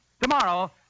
Tomorrow